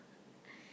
<S<